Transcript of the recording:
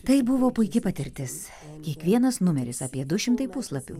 tai buvo puiki patirtis kiekvienas numeris apie du šimtai puslapių